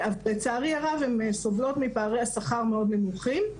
לצערי הרב, הן סובלות מפערי השכר המאוד נמוכים.